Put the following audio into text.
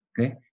okay